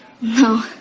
No